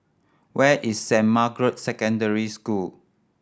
where is Saint Margaret's Secondary School